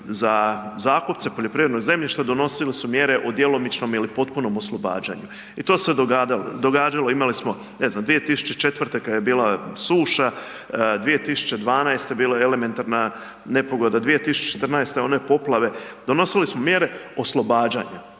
za zakupce poljoprivrednoga zemljišta donosile su mjere o djelomičnom ili potpunom oslobađanju. I to se događalo. Imali smo ne znam 2004. kad je bila suša, 2012. bila je elementarna nepogoda, 2014. one poplave, donosili smo mjere oslobađanja.